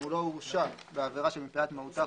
הוא לא הורשע בעבירה שמפאת מהותה,